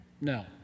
No